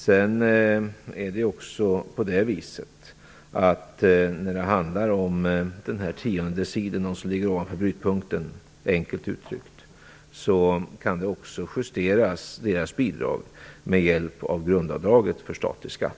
Det är ju också på det viset att när det handlar om dem inom den tionde decilen som ligger ovanför brytpunkten - enkelt uttryckt - kan också deras bidrag justeras med hjälp av grundavdraget för statlig skatt.